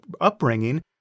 upbringing